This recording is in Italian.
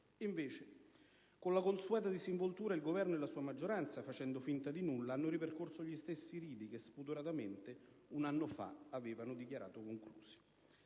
Invece, con la consueta disinvoltura il Governo e la sua maggioranza, facendo finta di nulla, hanno ripercorso gli stessi riti che spudoratamente un anno fa avevano dichiarato conclusi.